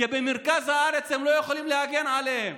כי במרכז הארץ הם לא יכולים להגן עליהם,